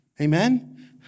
Amen